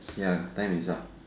ya time is up